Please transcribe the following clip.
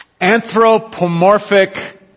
anthropomorphic